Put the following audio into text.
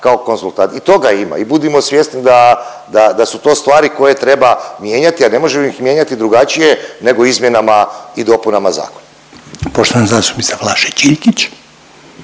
kao konzultant. I toga ima i budimo svjesni da, da su to stvari koje treba mijenjati, a ne možemo ih mijenjati drugačije nego izmjenama i dopunama zakona. **Reiner, Željko